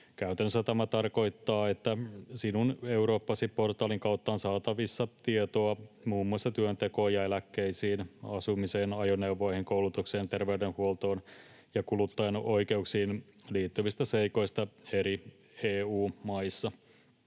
Käytännössä tämä tarkoittaa, että "Sinun Eurooppasi" -portaalin kautta on saatavissa tietoa muun muassa työntekoon ja eläkkeisiin, asumiseen, ajoneuvoihin, koulutukseen, terveydenhuoltoon ja kuluttajan oikeuksiin liittyvistä seikoista eri EU-maissa.